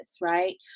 right